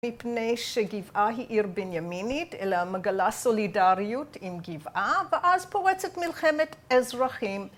מפני שגבעה היא עיר בנימינית, אלא מגלה סולידריות עם גבעה, ואז פורצת מלחמת אזרחים.